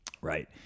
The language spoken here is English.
right